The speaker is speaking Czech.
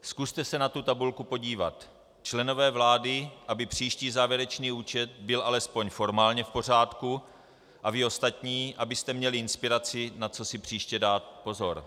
Zkuste se na tu tabulku podívat, členové vlády, aby příští závěrečný účet byl alespoň formálně v pořádku, a vy ostatní, abyste měli inspiraci, na co si příště dát pozor.